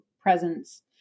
presence